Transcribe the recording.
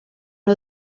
nhw